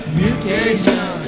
mutation